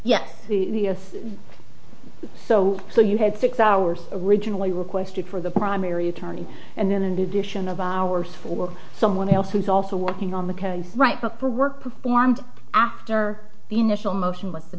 yes the so so you had six hours originally requested for the primary attorneys and then and addition of hours for someone else who is also working on the case right before work performed after the initial motion with the